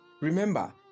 Remember